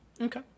Okay